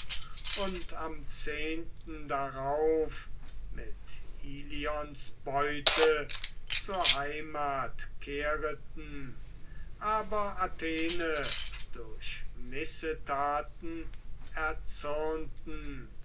und am zehnten darauf mit ilions beute zur heimat kehreten aber athene durch missetaten erzürnten